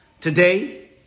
Today